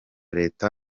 leta